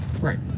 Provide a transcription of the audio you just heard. right